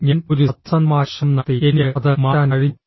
ഞാൻ ഒരു സത്യസന്ധമായ ശ്രമം നടത്തി എനിക്ക് അത് മാറ്റാൻ കഴിഞ്ഞു